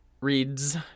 reads